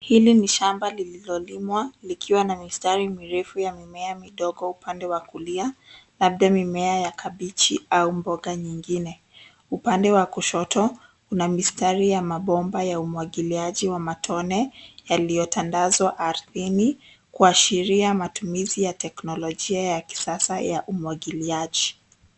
Hili ni shamba lililolimwa likiwa na mistari mirefu ya mimea midogo upande wa kulia , labda mimea ya kabechi au mboga nyingine, upande wa kushoto kuna mistari ya mapomba ya umwagiliaji wa matone yaliyotandaswa aridhini kuashiria matumizi ya teknolojia ya kisasa ya umwagiliaji.